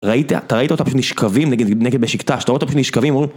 ראית, אתה ראית אותם פשוט נשכבים נגד בשיקטש, אתה רואה אותה פשוט נשכבים אומרים